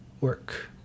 work